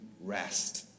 rest